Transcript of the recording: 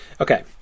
Okay